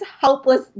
helpless